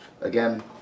Again